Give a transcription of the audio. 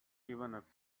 favorite